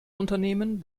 unternehmen